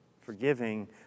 Forgiving